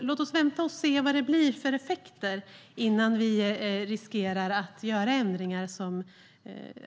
Låt oss därför vänta och se vilka effekter det blir innan vi gör ändringar som